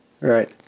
right